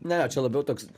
ne čia labiau toks